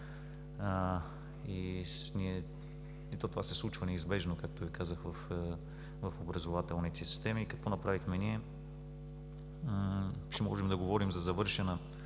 И това се случва неизбежно, както Ви казах, в образователните системи. Какво направихме ние? Ще можем да говорим за завършена